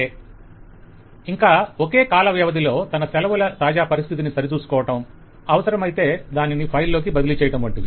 client ఇంకా ఒక కాల వ్యవధిలో తన సెలవుల తాజా పరిస్థితిని సరిచూసుకోవడం అవసరమైతే దానిని ఫైల్ లోకి బదిలీ చేయటం వంటివి